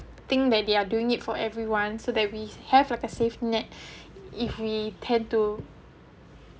thing that they are doing it for everyone so that we have like a save net if we tend to